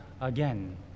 again